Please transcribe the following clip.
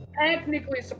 technically